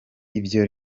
ibyo